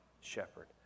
shepherd